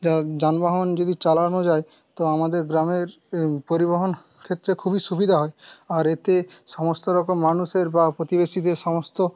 যানবাহন যদি চালানো যায় তো আমাদের গ্রামের পরিবহন ক্ষেত্রে খুবই সুবিধা হয় আর এতে সমস্ত রকম মানুষের বা প্রতিবেশীদের সমস্ত